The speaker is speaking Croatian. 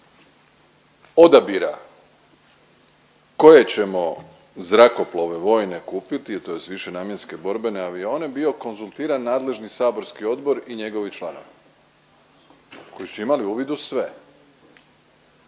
odabira koje ćemo zrakoplove vojne kupiti tj. višenamjenske borbene avione bio konzultiran nadležni saborski odbor i njegovi članovi koji su imali uvid u sve,